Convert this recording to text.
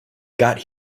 got